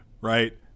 right